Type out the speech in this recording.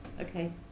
Okay